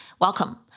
welcome